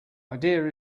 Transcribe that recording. idea